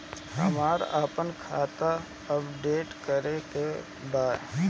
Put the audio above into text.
हमरा आपन खाता अपडेट करे के बा